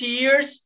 years